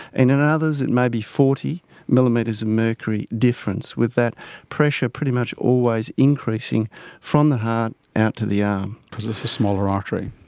and in others it may be forty millimetres of mercury difference, with that pressure pretty much always increasing from the heart out to the arm. because it's a smaller artery.